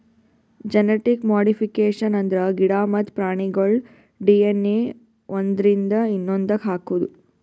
genetic modification ಅಂದ್ರ ಗಿಡ ಮತ್ತ್ ಪ್ರಾಣಿಗೋಳ್ ಡಿ.ಎನ್.ಎ ಒಂದ್ರಿಂದ ಇನ್ನೊಂದಕ್ಕ್ ಹಾಕದು